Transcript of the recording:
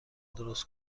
درست